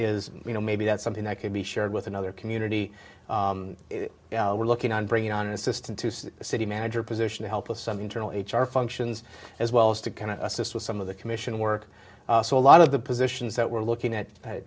is you know maybe that's something that could be shared with another community we're looking on bringing on an assistant to the city manager position to help with some internal h r functions as well as to kind of assist with some of the commission work so a lot of the positions that we're looking at